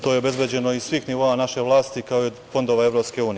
To je obezbeđeno iz svih nivoa naše vlasti, kao i od fondova EU.